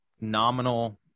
nominal